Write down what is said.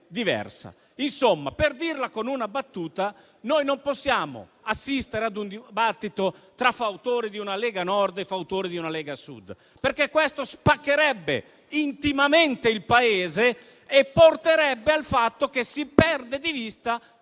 Insomma, per dirla con una battuta: non possiamo assistere ad un dibattito tra fautori di una Lega Nord e fautori di una Lega Sud, perché questo spaccherebbe intimamente il Paese e porterebbe a perdere di vista